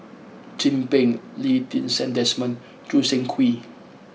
Chin Peng Lee Ti Seng Desmond and Choo Seng Quee